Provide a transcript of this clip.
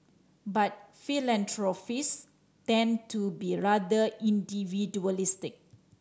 but philanthropist tend to be rather individualistic